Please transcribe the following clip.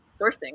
sourcing